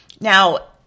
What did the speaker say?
Now